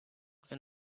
can